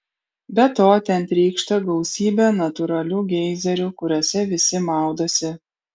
be to ten trykšta gausybė natūralių geizerių kuriuose visi maudosi